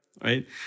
right